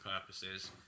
purposes